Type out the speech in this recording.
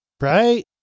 Right